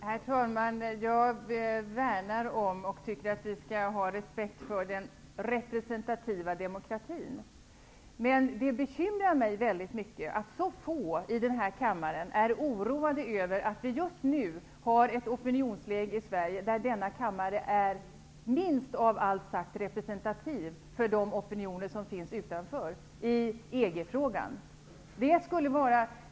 Herr talman! Jag värnar om och tycker att vi skall ha respekt för den representativa demokratin. Men det bekymrar mig väldigt mycket att så få i den här kammaren är oroade över att opinionsläget i EG frågan just nu i Sverige är sådant, att denna kammare minst av allt är representativ för de opinioner som finns ute i landet.